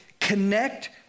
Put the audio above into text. connect